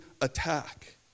attack